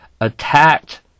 attacked